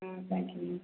ம் thank you ma'am